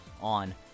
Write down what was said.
on